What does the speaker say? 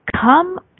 come